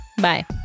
bye